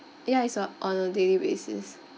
ya is o~ on a daily basis